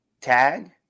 tag